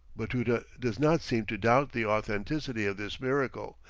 batuta does not seem to doubt the authenticity of this miracle,